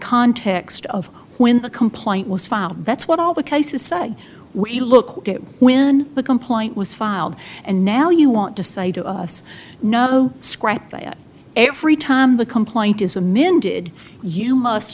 context of when a complaint was filed that's what all the cases say we look at when the complaint was filed and now you want to say to us no scrap that every time the complaint is a min did you must